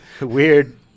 weird